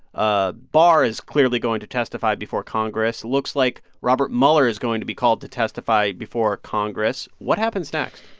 ah barr is clearly going to testify before congress. looks like robert mueller is going to be called to testify before congress. what happens next?